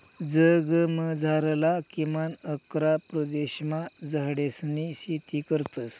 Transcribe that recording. जगमझारला किमान अकरा प्रदेशमा झाडेसनी शेती करतस